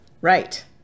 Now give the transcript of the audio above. right